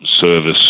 service